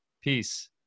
Peace